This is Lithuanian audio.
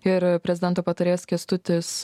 ir prezidento patarėjas kęstutis